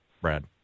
Brad